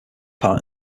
part